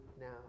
now